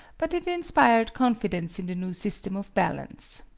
but it inspired confidence in the new system of balance.